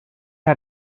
how